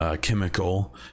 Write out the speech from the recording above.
chemical